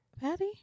Patty